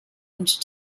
und